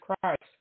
Christ